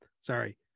sorry